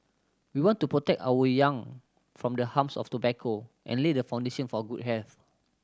we want to protect our young from the harms of tobacco and lay the foundation for good health